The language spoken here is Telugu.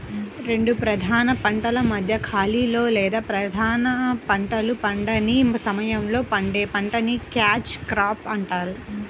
రెండు ప్రధాన పంటల మధ్య ఖాళీలో లేదా ప్రధాన పంటలు పండని సమయంలో పండే పంటని క్యాచ్ క్రాప్ అంటారు